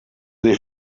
dei